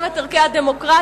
גם את ערכי הדמוקרטיה,